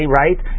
right